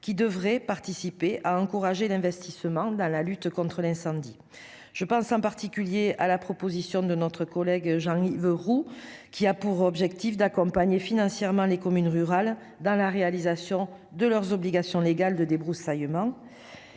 amendements visant à encourager l'investissement dans la lutte contre l'incendie. Je pense notamment à la proposition de notre collègue Jean-Yves Roux d'accompagner financièrement les communes rurales dans la réalisation de leurs obligations légales de débroussaillement,